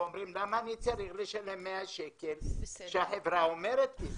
ואומרים למה אני צריך לשלם 100 שקל שהחברה אומרת לי,